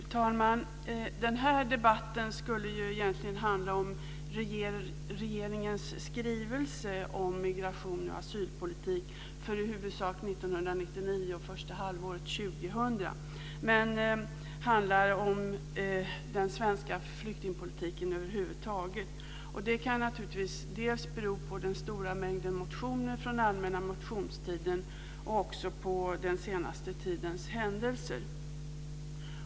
Fru talman! Den här debatten skulle egentligen handla om regeringens skrivelse om migration och asylpolitik för i huvudsak 1999 och första halvåret 2000 men handlar nu om den svenska flyktingpolitiken över huvud taget. Det kan naturligtvis bero dels på den stora mängden motioner från den allmänna motionstiden, dels på den senaste tidens händelser.